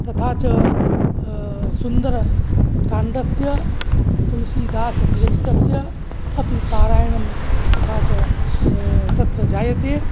तथा च सुन्दरकाण्डस्य तुलसीदासविरचितस्य अपि पारायणं तथा च तत्र जायते